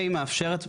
והיא מאפשרת,